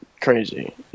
crazy